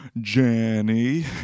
Jenny